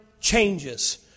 changes